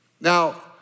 Now